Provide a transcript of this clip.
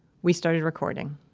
we started recording